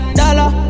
dollar